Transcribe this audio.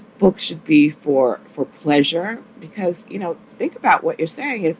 books should be for for pleasure. because, you know, think about what you're saying. if